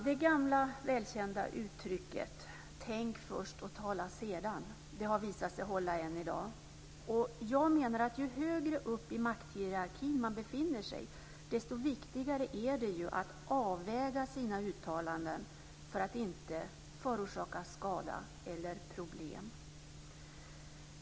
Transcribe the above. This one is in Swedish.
Det gamla välkända uttrycket "tänk först och tala sedan" har visat sig hålla än i dag. Jag menar att ju högre upp i makthierarkin man befinner sig, desto viktigare är det att avväga sina uttalanden för att inte förorsaka skada eller problem.